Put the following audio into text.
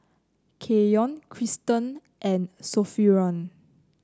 Keyon Kristen and Sophronia